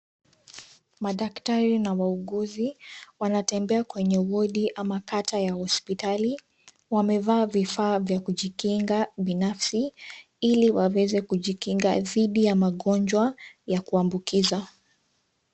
Madaktari na wauguzi wanatembea kwenye wodi ama kata ya hospitali. Wamevaa vifaa vya kujikinga binafsi ili waweze kujikinga dhidi ya magonjwa ya kuambukiza.